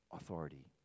authority